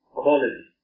quality